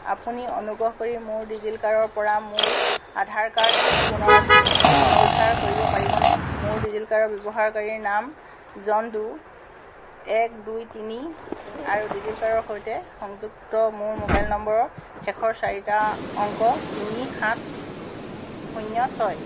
আপুনি অনুগ্ৰহ কৰি মোৰ ডিজিলকাৰৰ পৰা মোৰ আধাৰ কাৰ্ড পুনৰত পুনৰুদ্ধাৰ কৰিব পাৰিবনে মোৰ ডিজিলকাৰ ব্যৱহাৰকাৰী নাম জন ডো এক দুই তিনি আৰু ডিজিলকাৰৰ সৈতে সংযুক্ত মোৰ মোবাইল নম্বৰৰ শেষৰ চাৰিটা অংক তিনি সাত শূন্য ছয়